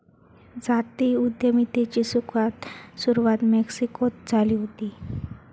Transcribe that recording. जाती उद्यमितेची सुरवात मेक्सिकोत झाली हुती